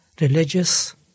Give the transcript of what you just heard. religious